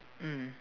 mm